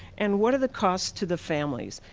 and what are the costs to the families?